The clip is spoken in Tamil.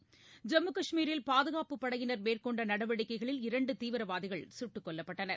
ஐம்மு கஷ்மீரில் பாதுகாப்பு படையினர் மேற்கொண்டநடவடிக்கைகளில் இரண்டுதீவிரவாதிகள் சுட்டுக்கொல்லப்பட்டனர்